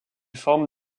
forme